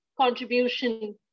contribution